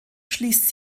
schließt